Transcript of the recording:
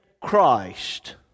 Christ